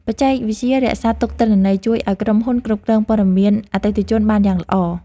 បច្ចេកវិទ្យារក្សាទុកទិន្នន័យ ជួយឱ្យក្រុមហ៊ុនគ្រប់គ្រងព័ត៌មានអតិថិជនបានយ៉ាងល្អ។